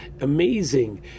amazing